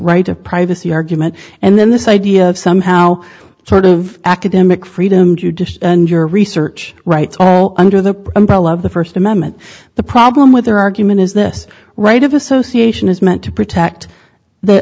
right of privacy argument and then this idea of somehow sort of academic freedom to do your research rights under the umbrella of the first amendment the problem with their argument is this right of association is meant to protect the